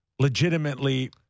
legitimately